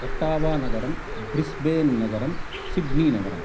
ओट्टावानगरम् ब्रिस्बेन्नगरम् सिड्नीनगरम्